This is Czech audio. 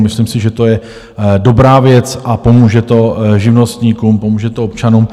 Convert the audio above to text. Myslím si, že to je dobrá věc, a pomůže to živnostníkům, pomůže to občanům.